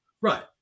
Right